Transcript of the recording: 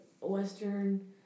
Western